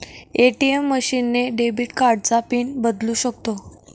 ATM machine ने debit कार्डचा pin बदलू शकतो